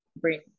bring